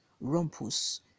Rumpus